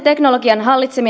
ja